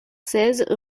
seize